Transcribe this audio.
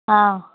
ꯑꯥ